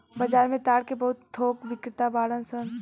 बाजार में ताड़ के बहुत थोक बिक्रेता बाड़न सन